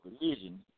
religion